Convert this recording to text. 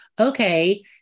okay